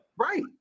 Right